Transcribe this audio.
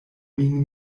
min